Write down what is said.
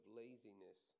laziness